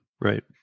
Right